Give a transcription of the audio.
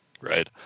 Right